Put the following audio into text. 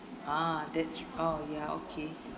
ah that's oh ya okay